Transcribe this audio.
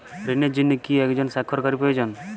ঋণের জন্য কি একজন স্বাক্ষরকারী প্রয়োজন?